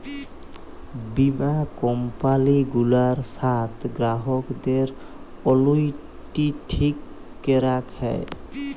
বীমা কম্পালি গুলার সাথ গ্রাহকদের অলুইটি ঠিক ক্যরাক হ্যয়